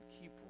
keep